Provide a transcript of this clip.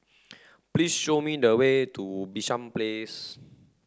please show me the way to Bishan Place